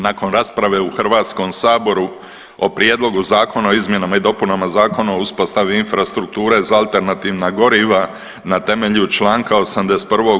Nakon rasprave u Hrvatskom saboru o Prijedlogu zakona o izmjenama i dopunama Zakona o uspostavi infrastrukture za alternativna goriva na temelju članka '81.